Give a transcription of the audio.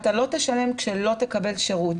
אתה לא תשלם כשלא תקבל שירות.